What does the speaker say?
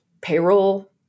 payroll